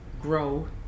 grow